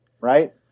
right